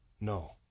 No